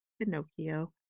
Pinocchio